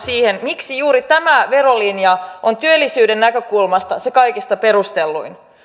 siihen miksi juuri tämä verolinja on työllisyyden näkökulmasta se kaikista perustelluin